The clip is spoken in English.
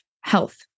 health